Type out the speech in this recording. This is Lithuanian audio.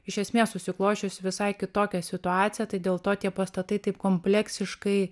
iš esmės susiklosčiusi visai kitokia situacija tai dėl to tie pastatai taip kompleksiškai